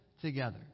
together